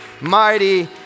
mighty